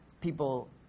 people